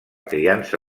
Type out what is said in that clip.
criança